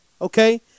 okay